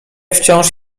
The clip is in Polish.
wciąż